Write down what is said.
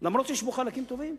אף-על-פי שיש בו חלקים טובים.